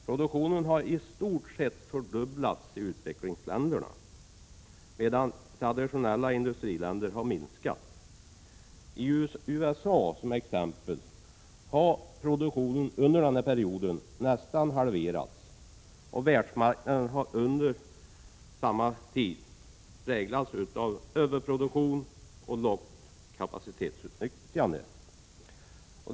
Produktionen har i utvecklingsländerna i stort sett fördubblats, medan den i de traditionella industriländerna har minskat. I USA har t.ex. produktionen nästan halverats under denna period. Världsmarknaden har under samma period präglats av överproduktion och lågt kapacitetsutnyttjande.